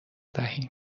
دهیم